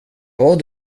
bad